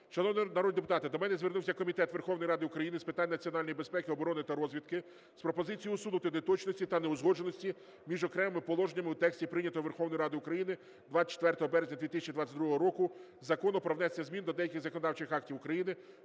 Шановні народні депутати, до мене звернувся Комітет Верховної Ради України з питань національної безпеки, оборони та розвідки з пропозицією усунути неточності та неузгодженості між окремими положеннями у тексті прийнятого Верховною Радою України 24 березня 2022 року Закону про внесення змін до деяких законодавчих актів України